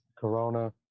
Corona